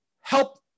help